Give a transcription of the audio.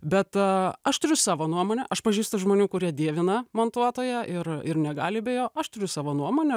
bet aš turiu savo nuomonę aš pažįstu žmonių kurie dievina montuotoją ir ir negali be jo aš turiu savo nuomonę